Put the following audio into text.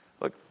Look